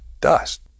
dust